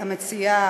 המציעה,